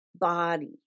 body